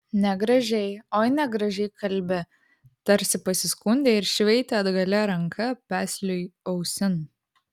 negražiai oi negražiai kalbi tarsi pasiskundė ir šveitė atgalia ranka pesliui ausin